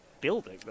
building